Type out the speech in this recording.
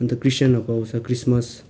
अन्त क्रिस्चियनहरूको आउँछ क्रिसमस